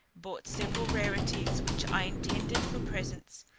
bought several rarities, which i intended for presents,